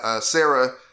Sarah